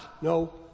No